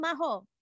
maho